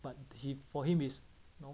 but he for him is